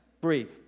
breathe